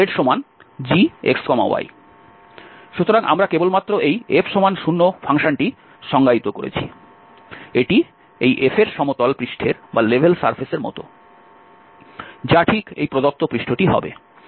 সুতরাং আমরা কেবল মাত্র এই f0 ফাংশনটি সংজ্ঞায়িত করেছি এটি এই f এর সমতল পৃষ্ঠের মত যা ঠিক এই প্রদত্ত পৃষ্ঠটি হবে